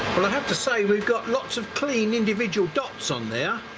well i have to say we've got lots of clean individual dots on there